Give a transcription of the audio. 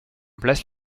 place